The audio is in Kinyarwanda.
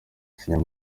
yasinye